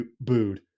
booed